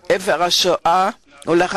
זמן קצר לאחר הקמת מדינת ישראל מתוך אפר השואה ולאחר